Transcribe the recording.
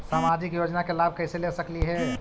सामाजिक योजना के लाभ कैसे ले सकली हे?